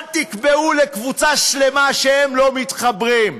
אל תקבעו לקבוצה שלמה שהם לא מתחברים.